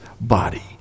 body